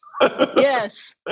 Yes